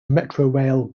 metrorail